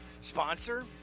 sponsor